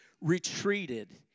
retreated